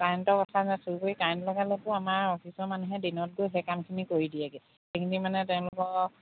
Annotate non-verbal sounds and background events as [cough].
কাৰেণ্টৰ কথা [unintelligible] কৰি কাৰেণ্ট [unintelligible] আমাৰ অফিচৰ মানুহে দিনত গৈ সেই কামখিনি কৰি দিয়েগে সেইখিনি মানে তেওঁলোকৰ